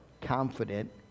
confident